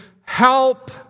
help